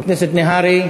חבר הכנסת נהרי.